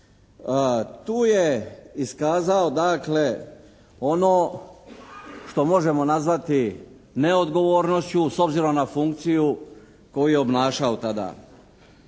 Tu je iskazao dakle ono što možemo nazvati neodgovornošću s obzirom na funkciju koju je obnašao tada.